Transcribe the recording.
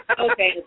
Okay